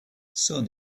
sun